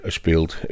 speelt